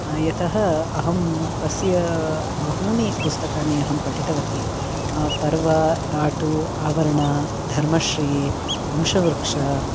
यतः अहं तस्य बहूनि पुस्तकानि अहं पठितवती पर्वा दाटु आवर्ण धर्मश्री वंशवृक्षः